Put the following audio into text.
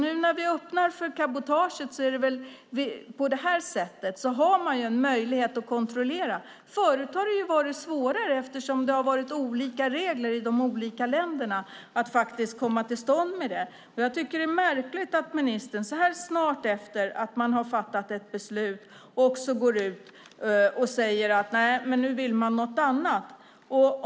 När vi nu öppnar för cabotaget på detta sätt har man en möjlighet att kontrollera. Förut har det varit svårare att komma till stånd med detta eftersom det har varit olika regler i de olika länderna. Jag tycker att det är märkligt att ministern så här snart efter att man har fattat ett beslut går ut och säger att man vill något annat.